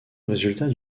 résultat